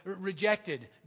rejected